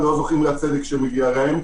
ולא זוכים לצדק שמגיע להם,